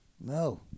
No